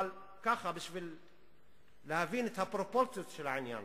אבל כדי להבין את הפרופורציות של העניין,